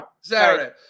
Saturday